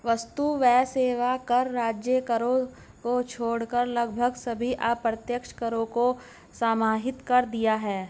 वस्तु एवं सेवा कर राज्य करों को छोड़कर लगभग सभी अप्रत्यक्ष करों को समाहित कर दिया है